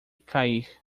cair